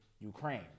Ukraine